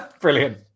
Brilliant